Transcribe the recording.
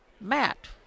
Matt